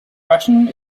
russian